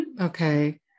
Okay